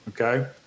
Okay